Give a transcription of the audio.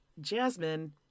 Jasmine